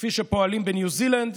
כפי שפועלים בניו זילנד,